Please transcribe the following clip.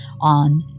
on